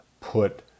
put